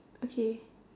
okay